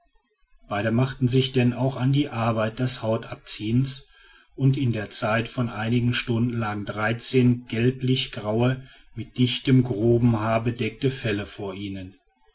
beide machten sich denn auch an die arbeit des hautabziehens und in zeit von einigen stunden lagen dreizehn gelblich graue mit dichten groben haaren bedeckte felle vor ihnen